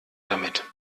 damit